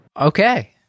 Okay